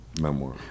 memoir